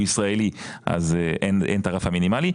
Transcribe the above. הוא ישראלי ואין את הרף המינימלי.